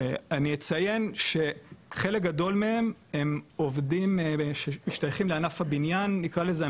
אני אציין שחלק גדול מהם הם עובדים שמשתייכים לענף הבניין נקרא לזה,